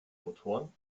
motoren